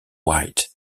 white